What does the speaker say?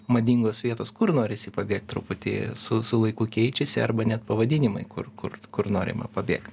madingos vietos kur norisi pabėgt truputį su su laiku keičiasi arba net pavadinimai kur kur kur norima pabėgt